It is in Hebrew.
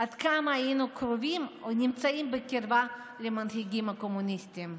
עד כמה היינו קרובים או נמצאים בקרבה למנהיגים הקומוניסטים.